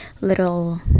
little